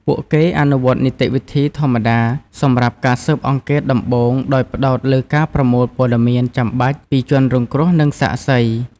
ពួកគេអនុវត្តនីតិវិធីធម្មតាសម្រាប់ការស៊ើបអង្កេតដំបូងដោយផ្តោតលើការប្រមូលព័ត៌មានចាំបាច់ពីជនរងគ្រោះ និងសាក្សី។